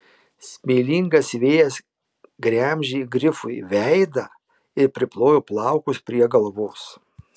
smėlingas vėjas gremžė grifui veidą ir priplojo plaukus prie galvos